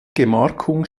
gemarkung